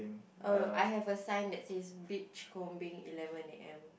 uh I have a sign that says beachcombing eleven A_M